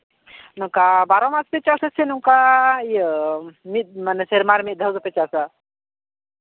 ᱱᱚᱝᱠᱟ ᱵᱟᱨᱚ ᱢᱟᱥ ᱯᱮ ᱪᱟᱥ ᱟᱥᱮ ᱱᱚᱝᱠᱟ ᱤᱭᱟᱹ ᱢᱤᱫ ᱢᱟᱱᱮ ᱥᱮᱨᱢᱟ ᱨᱮ ᱢᱤᱫ ᱫᱷᱟᱣ ᱜᱮᱯᱮ ᱪᱟᱥᱟ